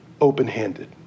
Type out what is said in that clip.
open-handed